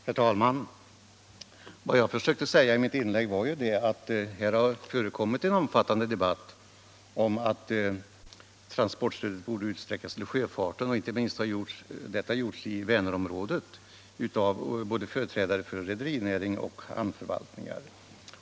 Herr talman! Vad jag försökte anknyta till i mitt inlägg var att det har förekommit en omfattande debatt om att transportstödet borde utsträckas till sjöfarten. Inte minst har detta diskuterats i Vänerområdet av företrädare både för rederinäring och hamnförvaltningar.